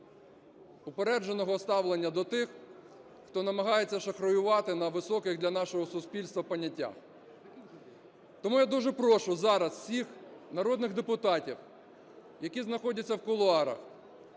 упередженого ставлення до тих, хто намагається шахраювати на високих для нашого суспільства поняттях. Тому я дуже прошу зараз всіх народних депутатів, які знаходяться в кулуарах,